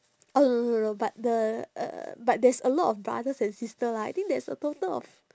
oh no no no but the uh but there's a lot of brothers and sister lah I think there is a total of